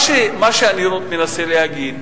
מה שאני מנסה להגיד,